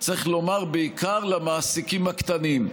צריך לומר, בעיקר למעסיקים הקטנים.